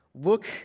look